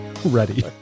ready